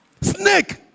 Snake